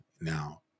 Now